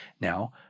Now